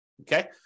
okay